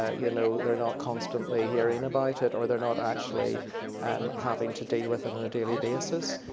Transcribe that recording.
ah you know, they're not constantly hearing about it, or they're not actually um having to deal with it on a daily basis.